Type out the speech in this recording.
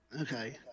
Okay